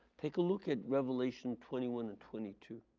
take a look at revelation twenty one and twenty two.